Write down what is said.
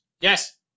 Yes